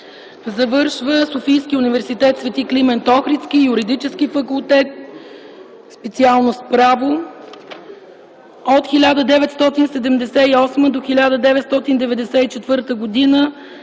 Завършва Софийския университет „Св. Климент Охридски”, Юридически факултет, специалност „Право”. От 1978 до 1994 г.